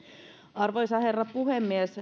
arvoisa herra puhemies